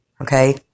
Okay